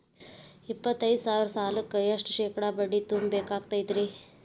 ಎಪ್ಪತ್ತೈದು ಸಾವಿರ ಸಾಲಕ್ಕ ಎಷ್ಟ ಶೇಕಡಾ ಬಡ್ಡಿ ತುಂಬ ಬೇಕಾಕ್ತೈತ್ರಿ?